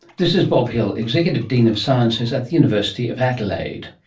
this is bob hill, executive dean of sciences at the university of adelaide.